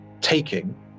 taking